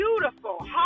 beautiful